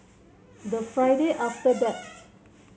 the Friday after that